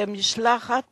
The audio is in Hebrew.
ומשלחת